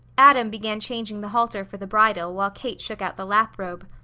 adam began changing the halter for the bridle while kate shook out the lap robe.